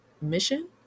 mission